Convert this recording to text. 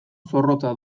zorrotza